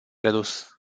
redus